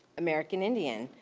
american indian.